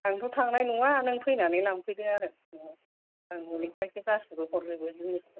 आंथ' थांनाय नङा नों फैनानै लांफैदो आरो आं न'निफ्रायसो गासैबो हरजोबो जिनिसफोरखौ